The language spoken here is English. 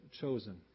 chosen